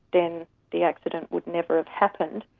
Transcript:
then the accident would never have happened.